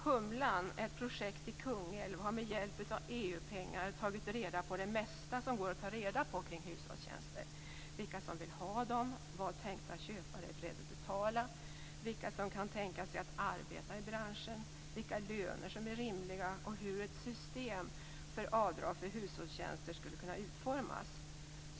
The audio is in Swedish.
Humlan, ett projekt i Kungälv, har med hjälp av EU-pengar tagit reda på det mesta som går att ta reda på kring hushållstjänster: vilka som vill ha dem, vad tänkta köpare är beredda att betala, vilka som kan tänka sig att arbeta i branschen, vilka löner som är rimliga och hur ett system för avdrag för hushållstjänster skulle kunna utformas.